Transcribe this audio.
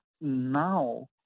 now